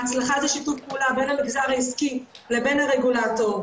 ההצלחה זה שיתוף פעולה בין המגזר העסקי לבין הרגולטור,